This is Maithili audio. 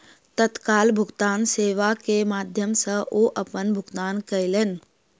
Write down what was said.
तत्काल भुगतान सेवा के माध्यम सॅ ओ अपन भुगतान कयलैन